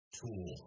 tool